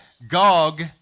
Gog